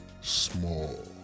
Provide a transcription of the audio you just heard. Small